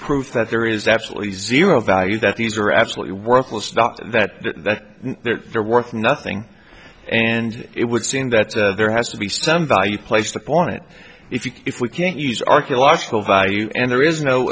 proof that there is absolutely zero value that these are absolutely worthless stock that that they're worth nothing and it would seem that there has to be some value placed upon it if you if we can't use archaeological value and there is no